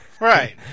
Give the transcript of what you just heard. Right